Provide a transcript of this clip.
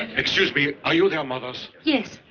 excuse me, are you their mothers? yes.